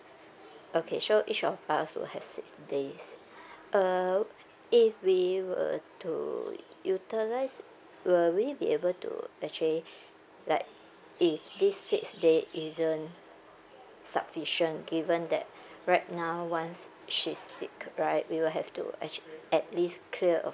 okay so each of us will have six days uh if we were to utilise will we be able to actually like if this six day isn't sufficient given that right now once she's sick right we will have to actually at least clear all